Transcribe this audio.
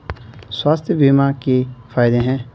स्वास्थ्य बीमा के फायदे हैं?